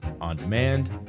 on-demand